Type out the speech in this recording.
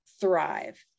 thrive